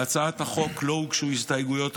להצעת החוק לא הוגשו הסתייגויות,